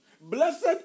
Blessed